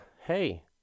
hey